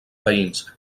veïns